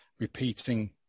repeating